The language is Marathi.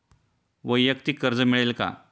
वैयक्तिक कर्ज मिळेल का?